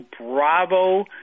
Bravo